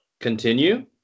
Continue